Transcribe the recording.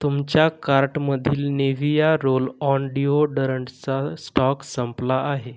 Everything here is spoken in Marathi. तुमच्या कार्टमधील निव्हिया रोल ऑन डिओडोरंटचा स्टॉक संपला आहे